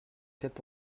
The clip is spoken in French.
quatre